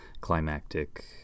climactic